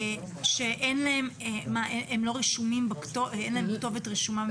אין להם כתובת רשומה במשרד?